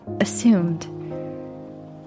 assumed